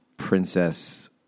Princess